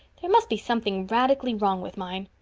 there must be something radically wrong with mine.